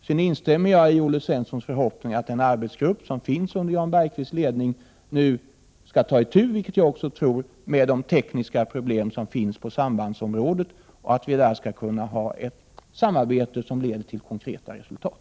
Sedan instämmer jag i Olle Svenssons förhoppning att den arbetsgrupp under Jan Bergqvists ledning som tillsatts skall ta itu med, vilket jag också tror att den kommer att göra, de tekniska problem som finns på sambandsområdet och att vi i denna arbetsgrupp skall kunna ha ett samarbete som leder till konkreta resultat.